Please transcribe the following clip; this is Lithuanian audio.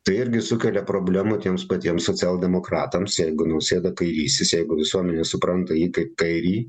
tai irgi sukelia problemų tiems patiems socialdemokratams jeigu nausėda kairysis jeigu visuomenė supranta jį kaip kairįjį